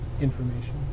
information